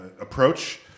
approach